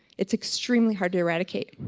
it's extremely hard to eradicate.